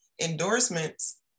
endorsements